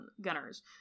gunners